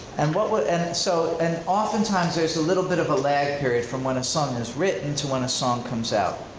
and what were and and so, and oftentimes there's a little bit of a lag period from when a song is written to when a song comes out.